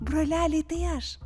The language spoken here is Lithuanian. broleliai tai aš